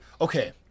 Okay